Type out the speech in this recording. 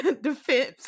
defense